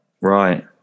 right